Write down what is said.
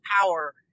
power